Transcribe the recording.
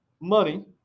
money